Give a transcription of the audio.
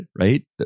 right